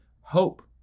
hope